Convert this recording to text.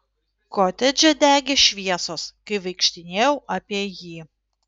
kotedže degė šviesos kai vaikštinėjau apie jį